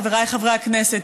חבריי חברי הכנסת,